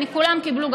כולם קיבלו,